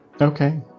Okay